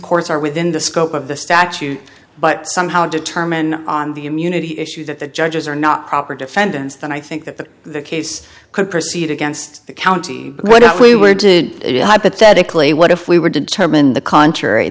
courts are within the scope of the statute but somehow determine on the immunity issue that the judges are not proper defendants then i think that the case could proceed against the county what we were doing it hypothetically what if we were to determine the contr